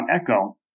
Echo